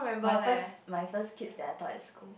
my first my first kids that I taught at school